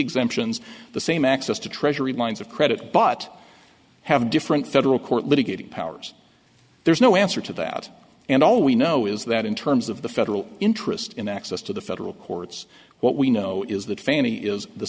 exemptions the same access to treasury lines of credit but have different federal court litigating powers there's no answer to that and all we know is that in terms of the federal interest in access to the federal courts what we know is that fannie is the